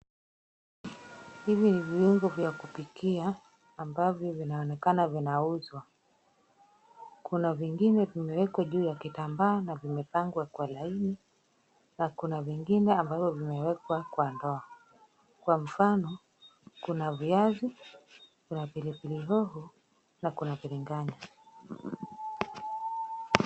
Hivi ni viungo vya kupikia ambavyo vinaonekana vinauzwa. Kuna vingine vimewekwa juu ya kitambaa na vimepangwa kwa laini na kuna vingine ambavyo vimewekwa kwa ndoo. Kwa mfano kuna viazi, kuna pilipili hoho na kuna biringani.